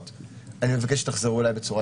הוא מבקש שיחזרו אליו בצורה דיגיטלית.